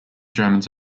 germans